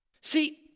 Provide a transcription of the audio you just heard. See